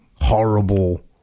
horrible